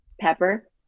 pepper